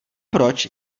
proč